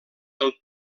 del